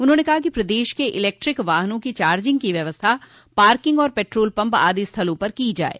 उन्होंने कहा कि प्रदेश के इलेक्ट्रिक वाहनों की चार्जिंग की व्यवस्था पार्किंग एवं पेटोल पम्प आदि स्थलों पर की जाये